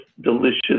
delicious